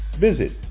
visit